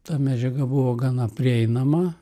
ta medžiaga buvo gana prieinama